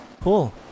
Cool